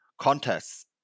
contests